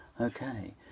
Okay